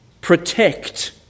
protect